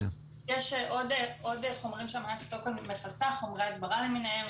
יש עוד חומרים שאמנת שטוקהולם מכסה חומרי הדברה למיניהם.